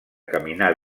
caminar